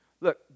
Look